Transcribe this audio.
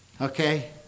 Okay